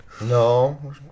No